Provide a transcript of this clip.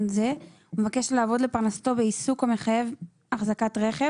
זה ומבקש לעבוד לפרנסתו בעיסוק המחייב החזקת רכב,